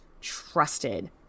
trusted